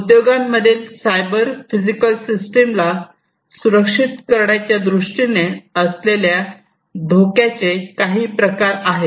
उद्योगांमधील cyber physical सिस्टमला सुरक्षित करण्याच्या दृष्टीने असलेल्या धोक्याचे काही प्रकार आहेत